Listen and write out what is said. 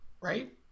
Right